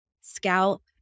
scalp